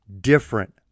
different